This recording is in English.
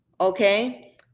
Okay